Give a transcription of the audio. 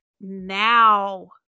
now